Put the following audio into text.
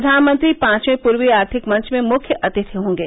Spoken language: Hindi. प्रधानमंत्री पांचवें पूर्वी आर्थिक मंच में मुख्य अतिथि होंगे